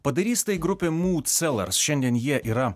padarys tai grupė mūdcelars šiandien jie yra